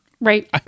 Right